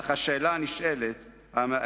אך השאלה הנשאלת היא,